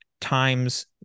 times